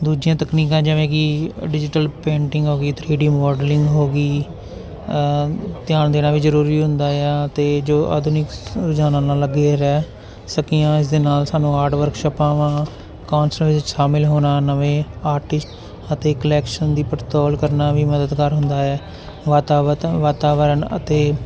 ਦੂਜੀਆਂ ਤਕਨੀਕਾਂ ਜਿਵੇਂ ਕਿ ਡਿਜੀਟਲ ਪੇਂਟਿੰਗ ਹੋ ਗਈ ਥਰੀ ਡੀ ਮੋਡਲਿੰਗ ਹੋ ਗਈ ਧਿਆਨ ਦੇਣਾ ਵੀ ਜ਼ਰੂਰੀ ਹੁੰਦਾ ਆ ਅਤੇ ਜੋ ਆਧੁਨਿਕ ਰੁਝਾਨਾਂ ਨਾਲ ਲੱਗੇ ਰਹਿ ਸਕੀਆਂ ਇਸ ਦੇ ਨਾਲ ਸਾਨੂੰ ਆਰਟ ਵਰਕਸ਼ਾਪਵਾਂ ਕੌਂਸਲ ਵਿੱਚ ਸ਼ਾਮਿਲ ਹੋਣਾ ਨਵੇਂ ਆਰਟਿਸ ਅਤੇ ਕਲੈਕਸ਼ਨ ਦੀ ਪੜਤਾਲ ਕਰਨਾ ਵੀ ਮਦਦਗਾਰ ਹੁੰਦਾ ਹੈ ਵਾਤਾਵਤ ਵਾਤਾਵਰਨ ਅਤੇ